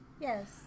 yes